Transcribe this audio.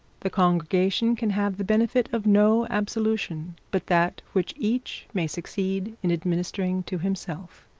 the congregation can have the benefit of no absolution but that which each may succeed in administering to himself.